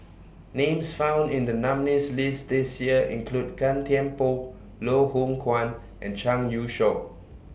Names found in The nominees' list This Year include Gan Thiam Poh Loh Hoong Kwan and Zhang Youshuo